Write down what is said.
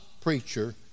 preacher